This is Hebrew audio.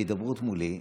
בהידברות מולי,